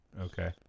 Okay